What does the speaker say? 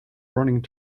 running